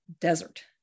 desert